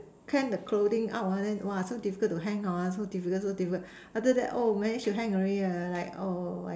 hang the clothing out lah then !wah! so difficult to hang hor so difficult so difficult after that oh manage to hang already like oh I